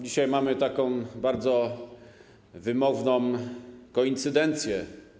Dzisiaj mamy taką bardzo wymowną koincydencję.